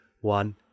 one